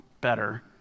better